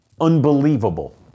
unbelievable